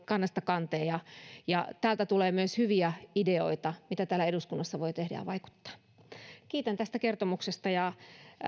kannesta kanteen täältä tulee myös hyviä ideoita mitä täällä eduskunnassa voi tehdä ja vaikuttaa kiitän tästä kertomuksesta ja